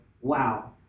wow